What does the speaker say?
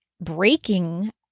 breaking